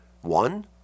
one